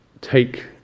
take